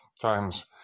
times